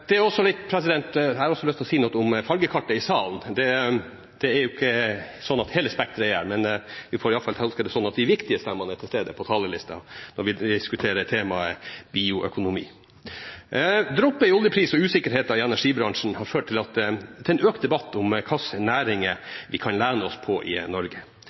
Det kan komme godt med. Jeg har også lyst til å si noe om fargekartet i salen. Det er jo ikke sånn at hele spekteret er her, men vi får i hvert fall tolke det sånn at de viktige stemmene er til stede på talerlisten når vi diskuterer temaet bioøkonomi. Droppet i oljepris og usikkerheten i energibransjen har ført til en økt debatt om hva slags næringer vi kan lene oss på i Norge.